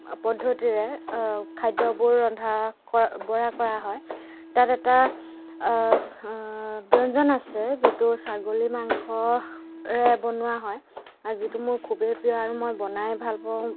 পদ্ধতিৰে খাদ্যবোৰ ৰন্ধা ক' বঢ়া কৰা হয় তাত এটা ব্যঞ্জন আছে যিটো ছাগলী মাংসৰে বনোৱা হয় আৰু যিটো মোৰ খুবেই প্ৰিয় আৰু মই বনাই ভালপাওঁ